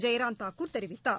ஜெயராம் தாக்கூர் தெரிவித்தார்